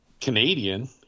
Canadian